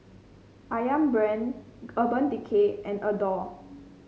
ayam Brand Urban Decay and Adore